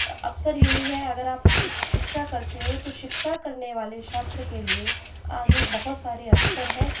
अवसर यही है अगर आप एक शिक्षा करते हो तो शिक्षा करने वाले छात्र के लिए आगे बहोत सारे अवसर हैं